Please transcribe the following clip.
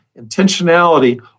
intentionality